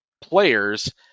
players